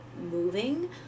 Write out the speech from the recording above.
moving